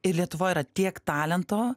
ir lietuvoj yra tiek talento